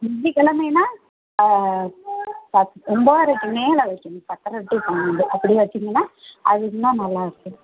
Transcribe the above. வெள்ளிக்கிழமைனா இப்போ ஒன்போதைரைக்கி மேலே வக்கணும் பத்தரை டூ பன்னெண்டு அப்படி வச்சீங்கன்னா அது இன்னும் நல்லா இருக்கும்